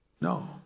No